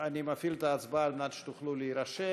אני מפעיל את ההצבעה על מנת שתוכלו להירשם.